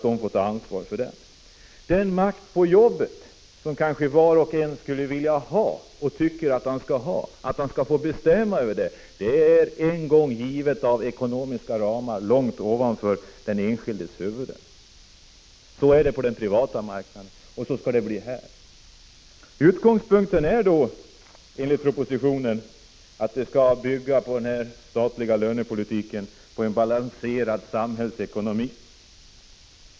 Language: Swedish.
Den makt över sitt jobb som var och en kanske skulle vilja ha är en gång för alla given inom ekonomiska ramar beslutade långt över de enskildas huvuden. Så är det på den privata marknaden och så skall det bli inom den statliga verksamheten. Utgångspunkten är, enligt propositionen, att den statliga lönepolitiken skall bygga på en balanserad samhällsekonomi.